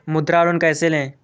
मुद्रा लोन कैसे ले?